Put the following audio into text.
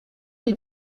des